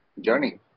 journey